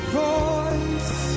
voice